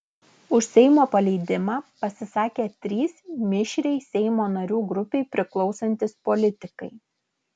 už seimo paleidimą pasisakė trys mišriai seimo narių grupei priklausantys politikai